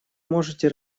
можете